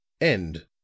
End